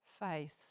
face